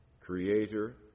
Creator